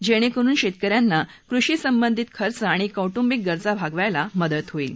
जेणेकरून शेतकऱ्यांना कृषी संबंधित खर्च आणि कौटुंबिक गरजा भागवायला मदत होईल